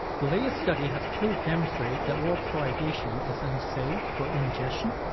the latest study have clearly demonstrated that water fluoridation is unsafe for ingestion.